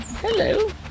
Hello